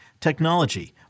technology